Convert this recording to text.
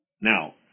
Now